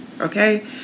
okay